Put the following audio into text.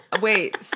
Wait